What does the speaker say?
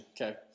okay